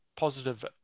positive